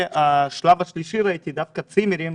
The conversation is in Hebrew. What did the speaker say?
בשלב השלישי ראיתי צימרים.